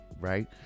right